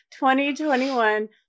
2021